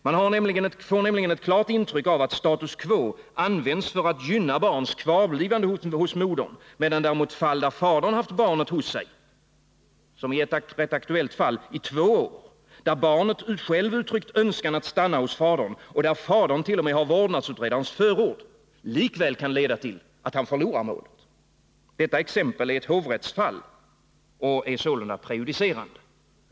Man får nämligen ett klart intryck av att status quo används för att gynna barns kvarblivande hos modern, medan däremot fall där fadern haft barnet hos sig, som i ett aktuellt fall, i två år och där barnet självt uttryckt önskemål att få stanna hos fadern och fadern har vårdnadsutredarens förord, likväl kan leda till att han förlorar målet. Detta exempel är ett hovrättsfall och sålunda prejudicerande.